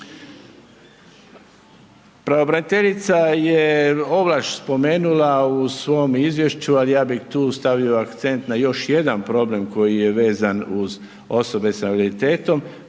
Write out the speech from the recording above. se ne razumije./… spomenula u svom izvješću, ali ja bih tu stavio akcent na još jedan problem koji je vezan uz osobe s invaliditetom,